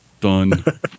Done